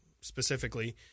specifically